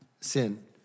sin